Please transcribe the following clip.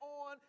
on